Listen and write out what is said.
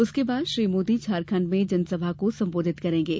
उसके बाद श्री मोदी झारखंड में जनसभा को संबोधित करेंगे